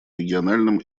региональном